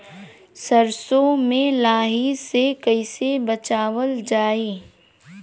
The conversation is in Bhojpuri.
सरसो में लाही से कईसे बचावल जाई?